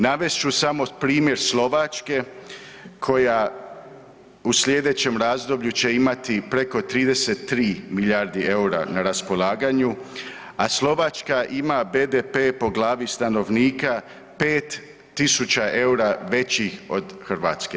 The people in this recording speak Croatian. Navest ću samo primjer Slovačke koja u sljedećem razdoblju će imati preko 33 milijardi eura na raspolaganju, a Slovačka ima BDP po glavi stanovnika 5000 eura većih od Hrvatske.